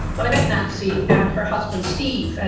but i met nancy and her husband, steve, and